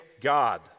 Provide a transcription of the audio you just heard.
God